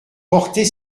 porter